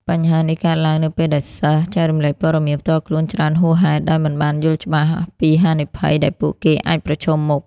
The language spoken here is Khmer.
បញ្ហានេះកើតឡើងនៅពេលដែលសិស្ស ចែករំលែកព័ត៌មានផ្ទាល់ខ្លួនច្រើនហួសហេតុ ដោយមិនបានយល់ច្បាស់ពីហានិភ័យដែលពួកគេអាចប្រឈមមុខ។